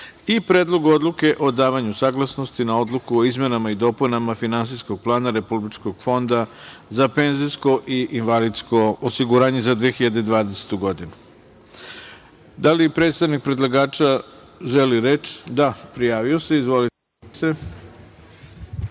i Predlogu odluke o davanju saglasnosti na Odluku o izmenama i dopunama Finansijskog plana Republičkog fonda za PIO za 2020. godinu. Da li predstavnik predlagača želi reč? (Da, prijavio se.)Izvolite.